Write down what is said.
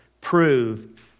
prove